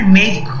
make